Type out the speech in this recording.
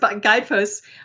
guideposts